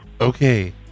Okay